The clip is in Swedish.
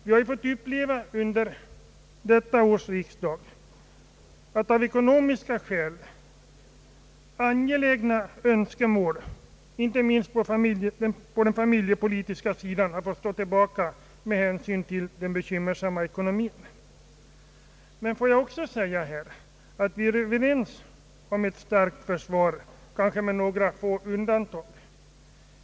Vi har under detta års riksdag fått uppleva att angelägna önskemål, inte minst på den familjepolitiska sidan, fått stå tillbaka med hänsyn till den bekymmersamma ekonomiska situationen. Jag vill här säga att vi väl alla är överens om att vi skall ha ett starkt försvar — kanske med några få undantag.